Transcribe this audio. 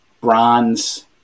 bronze